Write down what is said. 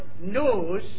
knows